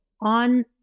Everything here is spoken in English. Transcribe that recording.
on